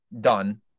done